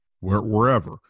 wherever